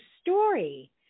story